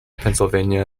pennsylvania